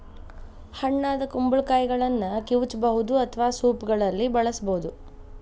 ಹಣ್ಣಾದ ಕುಂಬಳಕಾಯಿಗಳನ್ನ ಕಿವುಚಬಹುದು ಅಥವಾ ಸೂಪ್ಗಳಲ್ಲಿ ಬಳಸಬೋದು